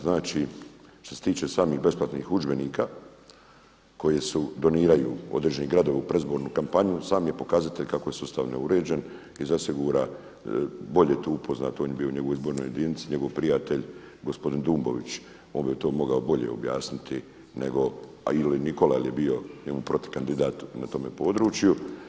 Znači što se tiče samih besplatnih udžbenika koji se doniraju određeni gradovi u predizbornu kampanju sam je pokazatelj kako je sustav neuređen i zasigurno je bolje tu upoznat on je bio u njegovoj izbornoj jedinici, njegov prijatelj gospodin Dumbović on bi to mogao bolje objasniti, ili Nikola jer je bio njemu protukandidat na tome području.